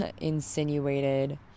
insinuated